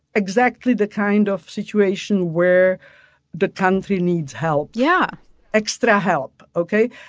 exactly the kind of situation where the country needs help yeah extra help, ok?